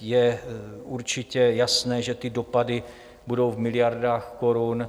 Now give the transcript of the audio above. Je určitě jasné, že dopady budou v miliardách korun.